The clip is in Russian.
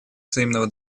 взаимного